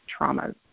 traumas